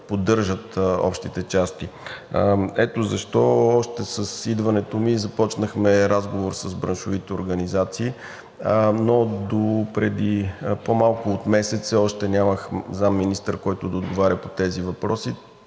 поддържат общите части. Ето защо още с идването ми започнахме разговор с браншовите организации, но допреди по-малко от месец все още нямах заместник-министър, който да отговаря по тези въпроси.